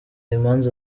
imanza